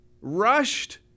rushed